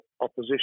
opposition